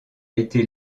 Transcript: été